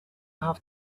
have